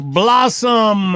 blossom